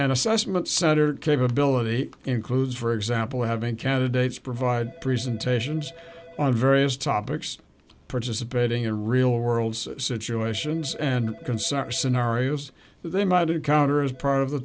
an assessment center capability includes for example having candidates provide presentations on various topics participating in real world situations and concert scenarios they might encounter as part of the